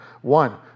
One